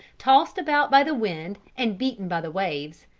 tossed about by the wind and beaten by the waves,